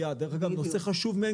וגם הקמנו עכשיו צוות שיבדוק את זה פעם